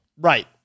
Right